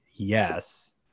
yes